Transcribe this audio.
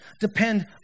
depend